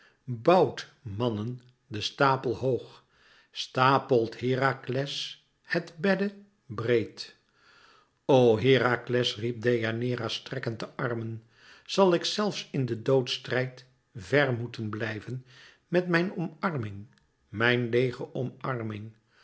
bouwt mannen den stapel hoog stapelt herakles het bedde breed o herakles riep deianeira strekkend de armen zal ik zelfs in den doodstrijd vèr moeten blijven met mijn omarming mijn leêge omarming